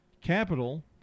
Capital